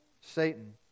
Satan